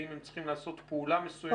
האם הם צריכים לעשות פעולה מסוימת?